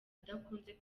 adakunze